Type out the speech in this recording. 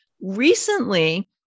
recently